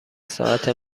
ساعت